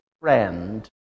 friend